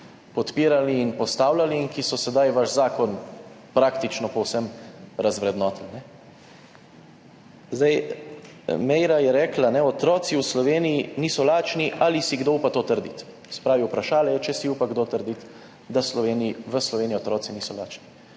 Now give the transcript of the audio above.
in postavljali in ki so sedaj vaš zakon praktično povsem razvrednotili. Meira je rekla: »Otroci v Sloveniji niso lačni. Ali si kdo upa to trditi?« Se pravi, vprašala je, ali si upa kdo trditi, da v Sloveniji otroci niso lačni.